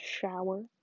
shower